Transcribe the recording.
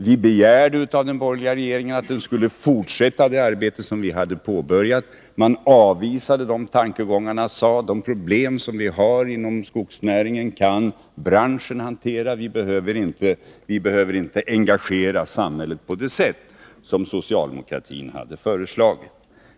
Vi begärde av den borgerliga regeringen att den skulle fortsätta det arbete som vi hade påbörjat. Man avvisade de tankegångarna och sade att de problem som finns inom skogsnäringen kan branschen hantera, vi behöver inte engagera samhället på det sätt som socialdemokratin har föreslagit.